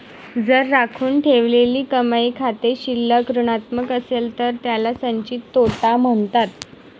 जर राखून ठेवलेली कमाई खाते शिल्लक ऋणात्मक असेल तर त्याला संचित तोटा म्हणतात